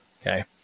okay